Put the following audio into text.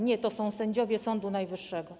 Nie, to są sędziowie Sądu Najwyższego.